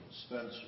Spencer